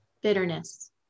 Bitterness